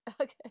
Okay